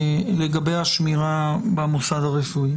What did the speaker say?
לגבי השמירה במוסד הרפואי.